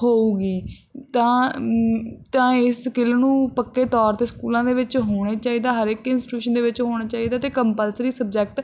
ਹੋਵੇਗੀ ਤਾਂ ਤਾਂ ਇਸ ਸਕਿੱਲ ਨੂੰ ਪੱਕੇ ਤੌਰ 'ਤੇ ਸਕੂਲਾਂ ਦੇ ਵਿੱਚ ਹੋਣਾ ਚਾਹੀਦਾ ਹਰੇਕ ਇੰਸਟੀਟਿਊਸ਼ਨ ਦੇ ਵਿੱਚ ਹੋਣਾ ਚਾਹੀਦਾ ਅਤੇ ਕੰਪਲਸਰੀ ਸਬਜੈਕਟ